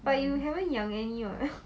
but you haven't 养 any [what]